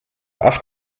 acht